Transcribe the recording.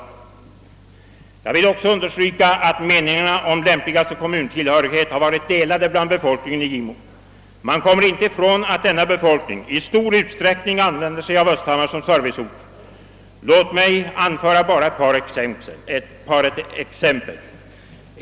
Jag vill också understryka att meningarna om lämpligaste kommuntillhörighet har varit delade bland befolkningen i Gimo, Man kommer inte ifrån att denna befolkning i stor utsträckning använder Östhammar som serviceort. Låt mig anföra bara ett par exempel.